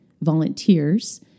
volunteers